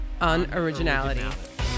unoriginality